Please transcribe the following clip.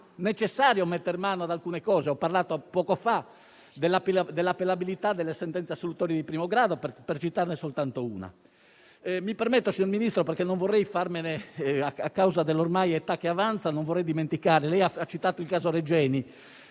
necessario mettere mano ad alcune cose. Ho parlato poco fa dell'appellabilità delle sentenze assolutorie di primo grado, per citarne soltanto una. Mi permetta, signor Ministro, perché, a causa dell'età che ormai avanza, non vorrei dimenticarmene. Lei ha citato il caso Regeni.